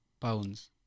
pounds